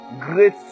great